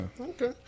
Okay